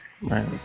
right